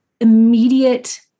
immediate